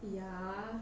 ya